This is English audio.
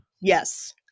Yes